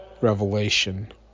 revelation